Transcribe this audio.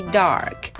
dark